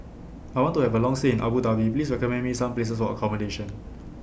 I want to Have A Long stay in Abu Dhabi Please recommend Me Some Places For accommodation